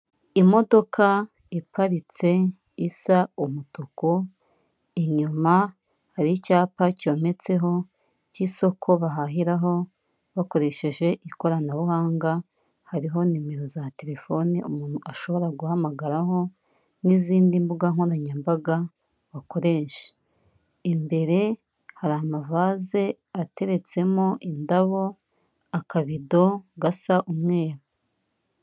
Imodoka iparitse isa umutuku, inyuma hari icyapa cyometseho cy'isoko bahahiraho bakoresheje ikoranabuhanga, hariho nimero za telefoni umuntu ashobora guhamagaraho n'izindi mbuga nkoranyambaga bakoresha. Imbere hari amavaze ateretsemo indabo, akabido gasa umweru.